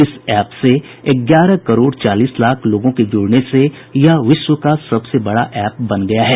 इस एप से ग्यारह करोड़ चालीस लाख लोगों के जुड़ने से यह विश्व का सबसे बड़ा एप बन गया है